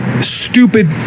stupid